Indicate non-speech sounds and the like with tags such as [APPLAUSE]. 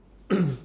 [COUGHS]